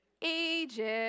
Egypt